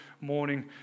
morning